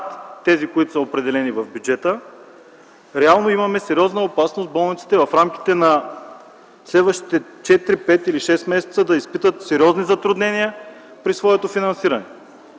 тези, които са определени в бюджета, реално имаме сериозна опасност болниците в рамките на следващите четири, пет или шест месеца да изпитат сериозни затруднения при своето финансиране.